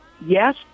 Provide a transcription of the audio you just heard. yes